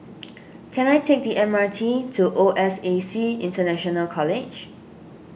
can I take the M R T to O S A C International College